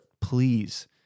please